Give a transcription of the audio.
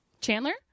Chandler